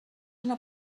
una